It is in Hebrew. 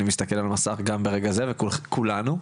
אני מסתכל על מסך ברגע זה וגם כולנו,